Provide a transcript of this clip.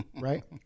Right